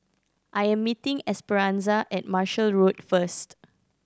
I am meeting Esperanza at Marshall Road first